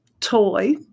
toy